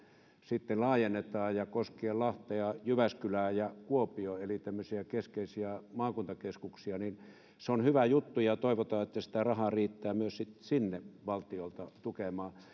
sitten laajennetaan koskemaan lahtea jyväskylää ja kuopiota eli tämmöisiä keskeisiä maakuntakeskuksia niin se on hyvä juttu ja ja toivotaan että sitä rahaa riittää valtiolta myös sinne tukemaan